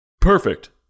Perfect